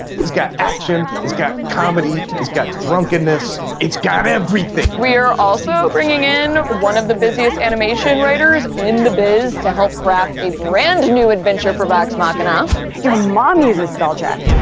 it's got action, it's got comedy, it's got drunkenness, it's got everything! we are also bringing in one of the busiest animation writers in the biz to help craft a brand new adventure for vax machina. jennifer your mom uses spell check.